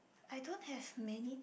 I don't have many